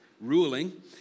ruling